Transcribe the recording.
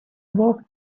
walked